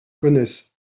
connaissent